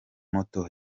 moto